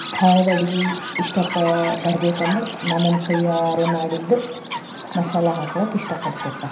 ಖಾರದ ಅಡ್ಗೆ ಇಷ್ಟಾಪ್ಪ ಬರ್ಬೇಕೆಂದ್ರೆ ನಾನು ನನ್ನ ಕೈಯ್ಯಾರೆ ಮಾಡಿದ ಮಸಾಲಾ ಹಾಕ್ಲಕ್ಕ ಇಷ್ಟಪಡ್ತೆ ಅಪಾ